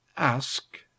ask